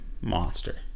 monster